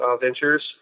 Ventures